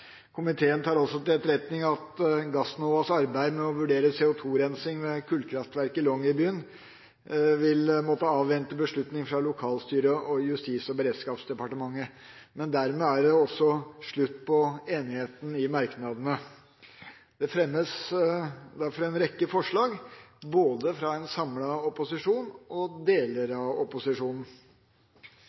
Komiteen tar også til etterretning at Gassnovas arbeid med å vurderer CO2-rensing ved kullkraftverket i Longyearbyen vil måtte avvente beslutning fra lokalstyret og Justis- og beredskapsdepartementet. Men dermed er det også slutt på enigheten i merknadene. Det fremmes derfor en rekke forslag, både fra en samlet opposisjon og fra deler av opposisjonen.